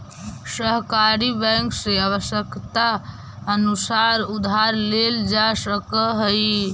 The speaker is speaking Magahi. सहकारी बैंक से आवश्यकतानुसार उधार लेल जा सकऽ हइ